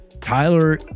Tyler